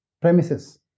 premises